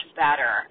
better